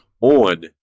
on